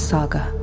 Saga